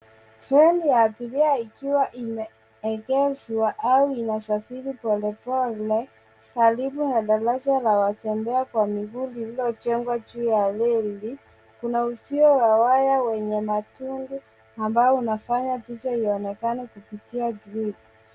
Treni ya abiria ikiwa imeegezwa au inasafiri polepole karibu na daraja la watembea kwa miguu lililojengwa juu ya reli. Kuna uzio wa waya wenye matundu ambao unafanya picha ionekane kupitia grili.